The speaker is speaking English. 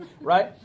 right